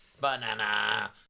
Banana